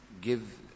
Give